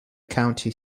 county